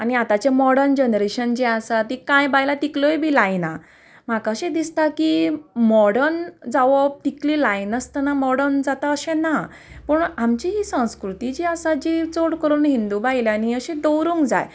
आनी आतांचें modern generation जें आसा तीं कांय बायलां तिकल्योय बी लायना म्हाका अशें दिसता की मोडर्न जावप तिकली लायनासतना मोर्डन जाता अशें ना पूण आमची ही संस्कृती जी आसा जी चड करून हिंदू बायलांनी अशी दवरूंक जाय